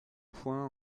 points